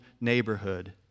neighborhood